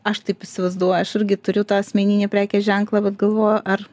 aš taip įsivaizduoju aš irgi turiu tą asmeninį prekės ženklą bet galvoju ar